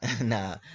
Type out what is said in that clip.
Nah